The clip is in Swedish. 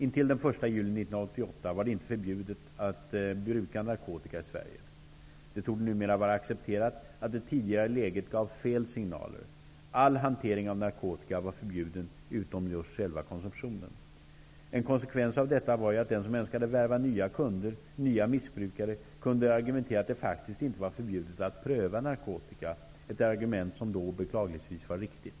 Intill den 1 juli 1988 var det inte förbjudet att bruka narkotika i Sverige. Det torde numera vara accepterat att det tidigare läget gav fel signaler -- all hantering av narkotika var förbjuden utom just själva konsumtionen. En konsekvens av detta var ju att den som önskade värva nya kunder, nya missbrukare, kunde använda argumentet att det faktiskt inte var förbjudet att pröva narkotika, ett argument som då beklagligtvis var riktigt.